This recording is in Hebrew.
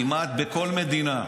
כמעט בכל מדינה.